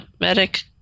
medic